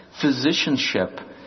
physicianship